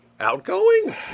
Outgoing